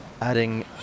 adding